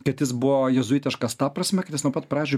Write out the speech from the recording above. kad jis buvo jėzuitiškas ta prasme kad jis nuo pat pradžių